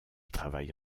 travaille